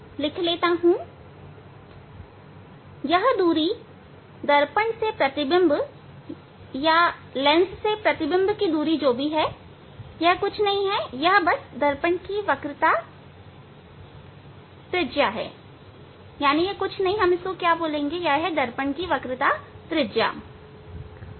अब यह दूरी दर्पण से प्रतिबिंब लेंस प्रतिबिंब की दूरी यह कुछ भी नहीं है दर्पण की वक्रता की त्रिज्या है